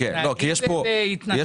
הם מתנהגים בהתנהגות --- לא,